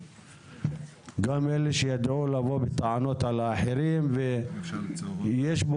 גם אלה שידעו לבוא בטענות על אחרים ויש פה